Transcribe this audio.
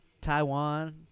Taiwan